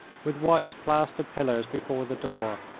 with white plaster pillars before the door.